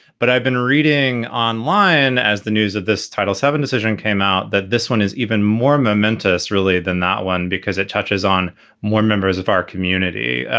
but i've been reading online as the news of this title seven decision came out that this one is even more momentous, really, than not one, because it touches on more members of our community.